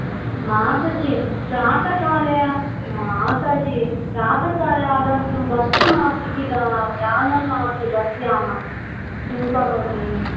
माताजि प्रातकाले माताजि प्रातकाले आगन्तुं बस् नास्ति खिल यानं नास्ति बस् यानं किं करोमि